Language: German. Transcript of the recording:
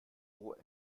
roh